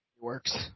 works